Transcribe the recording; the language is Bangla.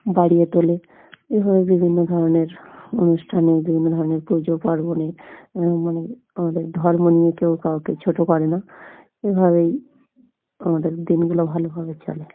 বাড়িয়ে তোলে এভাবে বিভিন্ন ধরনের অনুষ্ঠানে বিভিন্ন ধরনের পুজো পার্বণে মানে আমাদের ধর্ম নিয়ে কেউ কাউকে ছোটো করে না এভাবেই আমাদের দিনগুলো ভালোভাবে চলে